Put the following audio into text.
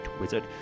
wizard